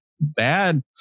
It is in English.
bad